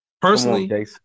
Personally